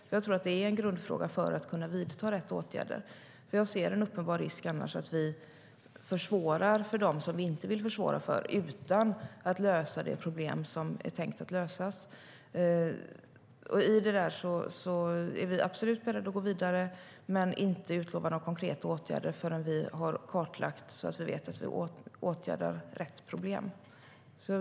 Det tror jag är en grundfråga för att kunna vidta rätt åtgärder. Jag ser annars en uppenbar risk för att vi försvårar för dem som vi inte vill försvåra för utan att vi löser det problem som är tänkt att lösas. Vi är absolut beredda att gå vidare där men inte utlova några konkreta åtgärder förrän vi har kartlagt så att vi vet att vi åtgärdar rätt problem.